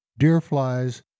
deerflies